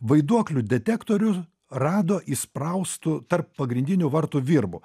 vaiduoklių detektorių rado įspraustu tarp pagrindinių vartų virbų